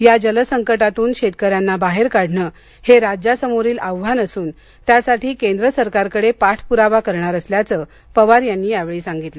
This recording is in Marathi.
या जलसंकटातून शेतकऱ्यांना बाहेर काढण हे राज्यासमोरील आव्हान असून त्यासाठी केंद्र सरकारकडे पाठपुरावा करणार असल्याचं पवार यांनी यावेळी सांगितलं